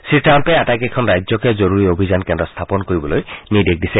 শ্ৰীট্টাম্পে আটাইকেইখন ৰাজ্যকে জৰুৰী অভিযান কেন্দ্ৰ স্থাপন কৰিবলৈ নিৰ্দেশ দিছে